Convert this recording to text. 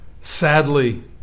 sadly